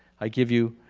i give you,